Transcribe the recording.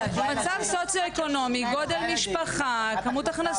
מצד סוציואקונומי, גודל משפחה, כמות הכנסות.